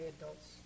adults